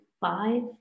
five